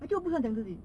actually 我不喜欢讲自己